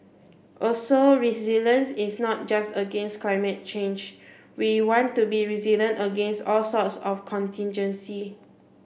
also resilience is not just against climate change we want to be resilient against all sorts of contingency